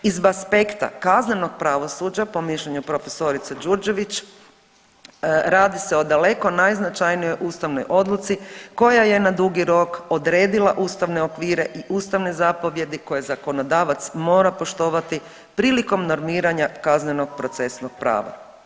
Iz aspekta kaznenog pravosuđa po mišljenju prof. Đurđević radi se o daleko najznačajnijoj ustavnoj odluci koja je na dugi rok odredila ustavne okvire i ustavne zapovijedi koje zakonodavac mora poštovati prilikom normiranja kaznenog procesnog prava.